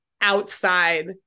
outside